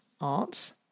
arts